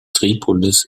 tripolis